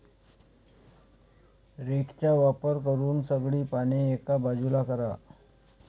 रेकचा वापर करून सगळी पाने एका बाजूला करा